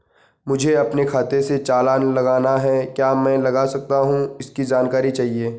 मुझे अपने खाते से चालान लगाना है क्या मैं लगा सकता हूँ इसकी जानकारी चाहिए?